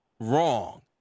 wrong